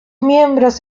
miembros